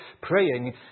praying